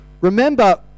remember